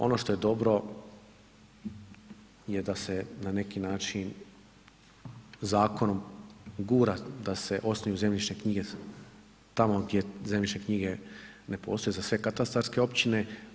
Ono što je dobro je da se na neki način zakonom gura da se osnuju zemljišne knjige tamo gdje zemljišne knjige ne postoje za sve katastarske općine.